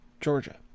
Georgia